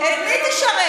את מי תשרת?